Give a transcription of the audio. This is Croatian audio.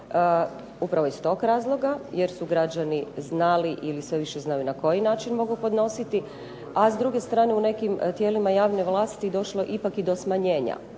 upravo iz tog razloga jer su građani znali ili sve više znaju na koji način mogu podnositi. A s druge strane u nekim tijelima javne vlasti došlo je ipak i do smanjenja.